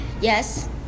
Yes